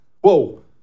Whoa